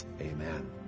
Amen